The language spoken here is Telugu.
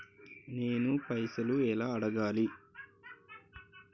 నేను పైసలు ఎలా అడగాలి?